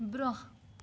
برٛونٛہہ